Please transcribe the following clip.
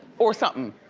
or somethin'.